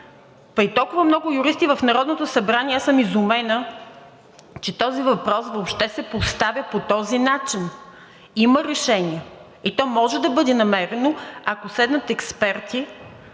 При толкова много юристи в Народното събрание аз съм изумена, че този въпрос въобще се поставя по този начин. Има решение и то може да бъде намерено, ако седнат експерти